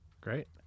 Great